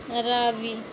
Ravi